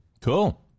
Cool